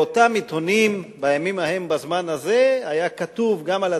באותם עיתונים בימים ההם בזמן הזה היה כתוב גם על